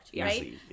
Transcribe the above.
right